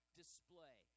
display